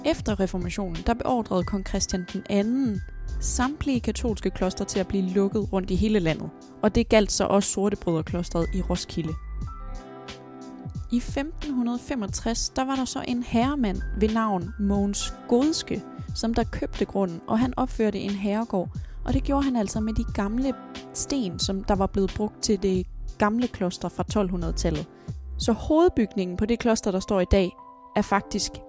Efter reformationen, der beordrede kong Christian II samtlige katolske klostre til at blive lukket rundt i hele landet. Og det galt så også Sortebroderklostret i Roskilde. I 1565 der var der så en herremand ved navn Mogens Godske, som der købte grunden, og han opførte en herregård. Og det gjorde han altså med de gamle sten, som der var blevet brugt til det gamle kloster fra 1200-tallet. Så hovedbygningen på det kloster, der står i dag, er faktisk